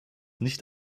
nicht